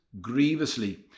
grievously